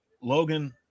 Logan